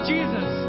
Jesus